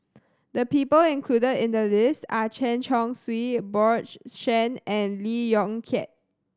the people included in the list are Chen Chong Swee Bjorn Shen and Lee Yong Kiat